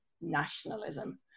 nationalism